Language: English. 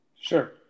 Sure